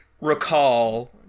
recall